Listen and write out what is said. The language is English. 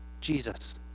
Jesus